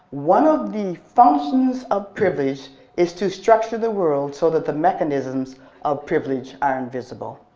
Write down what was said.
one of the functions of privilege is to structure the world so that the mechanisms of privilege are invisible,